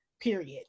period